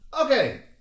Okay